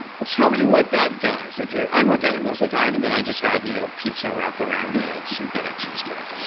tell me what that does, if you're, i'm organic most of the time and then i just have you know pizza wrapped around a synthetic cheesecake. and